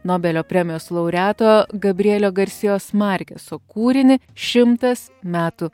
nobelio premijos laureato gabrielė garsijos markeso kūrinį šimtas metų